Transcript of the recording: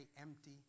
empty